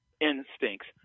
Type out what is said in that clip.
instincts